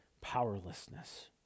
powerlessness